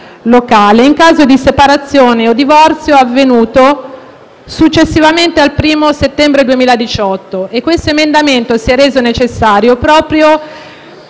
locale in caso di separazione o divorzio avvenuto successivamente al 1° settembre 2018. Questo emendamento si è reso necessario proprio